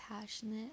passionate